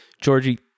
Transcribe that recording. Georgie